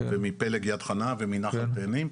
מפלג יד חנה ומנחל תאנים,